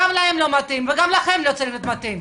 גם להם זה לא מתאים וגם לכם זה לא צריך להיות מתאים.